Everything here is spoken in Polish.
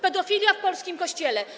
Pedofilia w polskim Kościele.